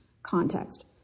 context